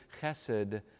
chesed